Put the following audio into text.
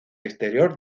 exterior